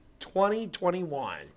2021